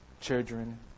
children